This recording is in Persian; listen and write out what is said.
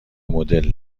مدل